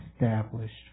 established